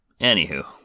Anywho